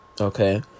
Okay